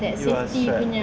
you are strapped